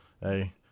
hey